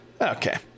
Okay